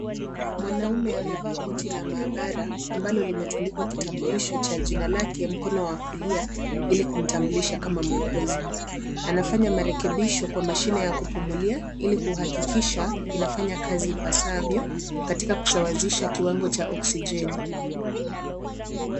Mwanamume amevaa koti la maabara ambalo limetundikwa kitambulisho cha jina lake mkono wa kulia ili kumtambulisha kama muuguzi. Anafanya marekebisho kwa mashine ya kupumulia ili kuhakikisha inafanya kazi ipasavyo katika kusawazisha kiwango cha oksijeni .